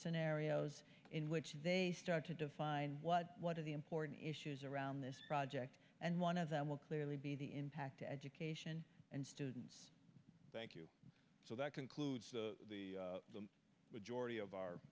scenarios in which they start to define what what are the important issues around this project and one of them will clearly be the impact to education and students thank you so that concludes the majority of our